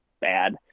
bad